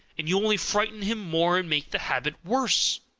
and you only frighten him more and make the habit worse